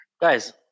Guys